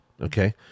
okay